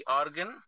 organ